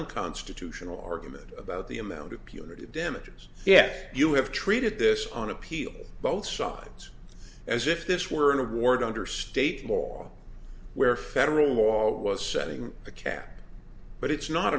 constitutional argument about the amount of punitive damages yet you have treated this on appeal both sides as if this were an award under state moral where federal law was setting the care but it's not